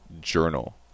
Journal